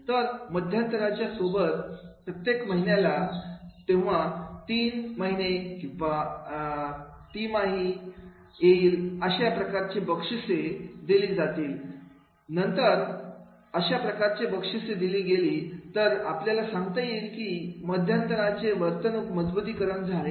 तर मध्यंतराच्या सोबत प्रत्येक महिन्याला तेव्हा तीन महिने तिमाही येईल अशा प्रकारची बक्षिसे दिली जातील येईल नंतर तर अशा प्रकारचे बक्षिसे दिली गेली तर आपल्याला हे सांगता येईल की मध्यंतर आचे वर्तन मजबुतीकरण झाले